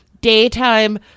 Daytime